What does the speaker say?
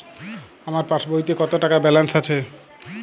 আমার পাসবইতে কত টাকা ব্যালান্স আছে?